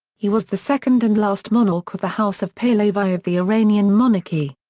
he was the second and last monarch of the house of pahlavi of the iranian monarchy.